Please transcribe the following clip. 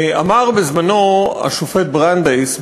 בזמנו אמר השופט ברנדייס,